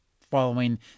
following